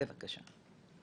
בבקשה.